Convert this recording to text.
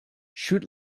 shoot